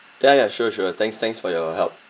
ya ya sure sure thanks thanks for your help